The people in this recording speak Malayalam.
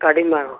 കടീം വേണോ